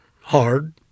hard